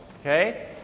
okay